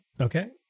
Okay